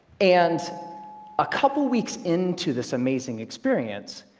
and a couple of weeks into this amazing experience,